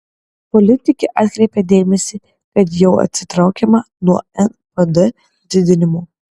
politikė atkreipė dėmesį kad jau atsitraukiama nuo npd didinimo